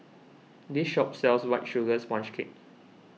this shop sells White Sugar Sponge Cake